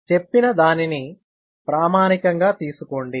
నేను చెప్పిన దానిని ప్రామాణికంగా తీసుకోండి